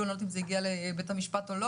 ואולי זה גם הגיע לבית המשפט.